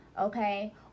okay